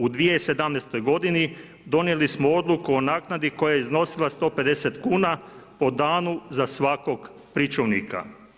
U 2017. godini donijeli smo odluku o naknadi koja je iznosila 150 kuna po danu za svakog pričuvnika.